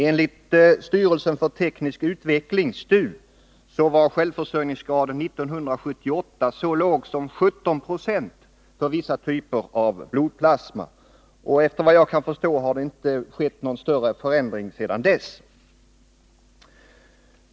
Enligt styrelsen för teknisk utveckling, STU, var självförsörjningsgraden 1978 så låg som 17 Yo för vissa typer av blodplasma, och efter vad jag kan förstå har det inte skett någon större förändring sedan dess.